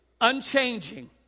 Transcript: unchanging